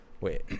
wait